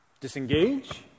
disengage